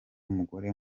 mugore